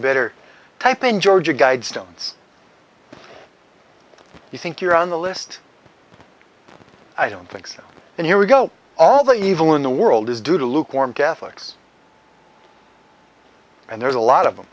better type in georgia guidestones you think you're on the list i don't think so and here we go all the evil in the world is due to lukewarm catholics and there's a lot of them